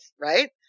right